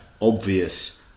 obvious